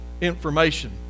information